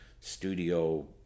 studio